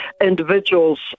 individuals